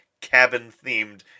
cabin-themed